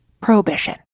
Prohibition